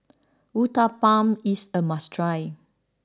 Uthapam is a must try